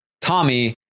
Tommy